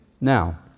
Now